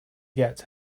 get